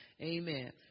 Amen